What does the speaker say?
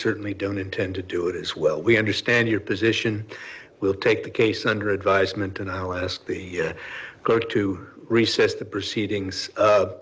certainly don't intend to do it as well we understand your position we'll take the case under advisement and i will ask the clerk to recess the proceedings